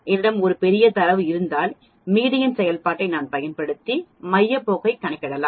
என்னிடம் ஒரு பெரிய தரவு இருந்தால் மீடியன் செயல்பாட்டை நான் பயன்படுத்தி மைய போக்கை கணக்கிடலாம்